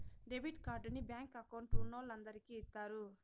debit కార్డుని bank account ఉన్నోలందరికి ఇత్తారు